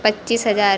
पच्चीस हजार